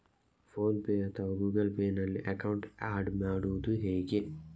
Phone pay ಅಥವಾ Google Pay ನಲ್ಲಿ account add ಮಾಡುವುದು ಹೇಗೆ?